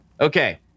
okay